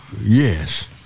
Yes